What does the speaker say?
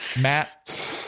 Matt